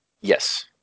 Yes